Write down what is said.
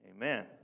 Amen